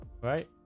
right